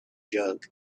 jug